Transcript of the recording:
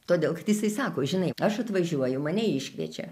todėl kad jisai sako žinai aš atvažiuoju mane iškviečia